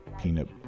peanut